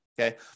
okay